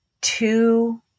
two